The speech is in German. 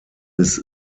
bis